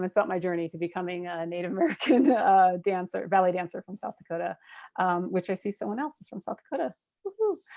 it's about my journey to becoming a native american dancer, belly dancer, from south dakota which i see someone else is from south dakota woohoo